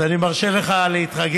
אז אני מרשה לך להתרגז.